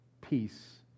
peace